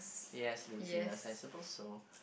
yes laziness I suppose so